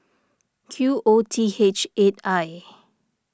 Q O T H eight I